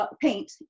paint